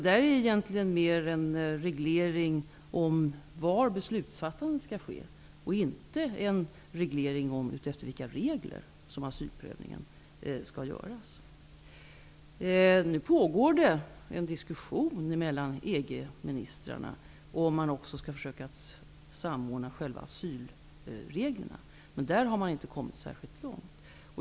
Dublinkonventionen är mer en reglering om var beslutsfattandet skall ske och inte en reglering om efter vilka regler som asylpövningen skall göras. Det pågår en diskussion mellan EG-ministrarna om huruvida man skall försöka att samordna också asylreglerna. Men man har inte kommit särskilt långt.